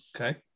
Okay